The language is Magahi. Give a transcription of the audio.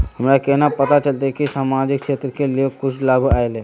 हमरा केना पता चलते की सामाजिक क्षेत्र के लिए कुछ लाभ आयले?